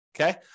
okay